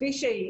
כפי שהיא.